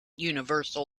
universal